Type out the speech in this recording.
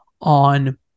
on